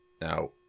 Now